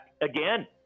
again